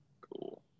cool